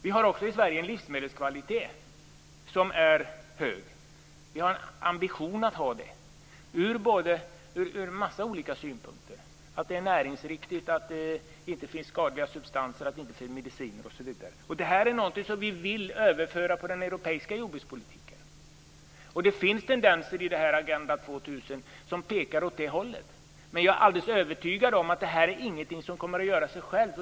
Vi har också i Sverige en livsmedelskvalitet som är hög. Vi har den ambitionen från en massa olika synpunkter, att livsmedlen är näringsriktiga, att de inte innehåller skadliga substanser, mediciner osv. Detta är någonting som vi vill överföra på den europeiska jordbrukspolitiken, och det finns tendenser i Agenda 2000 som pekar åt det hållet. Men jag är alldeles övertygad om att detta inte är någonting som kommer att göras av sig självt.